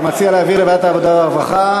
אתה מציע להעביר לוועדת העבודה והרווחה.